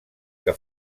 que